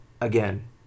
again